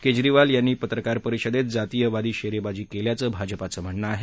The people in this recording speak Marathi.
केजरीवाल यांनी पत्रकार परिषदेत जातीयवादी शेरेबाजी केल्याचं भाजपाचं म्हणणं आहे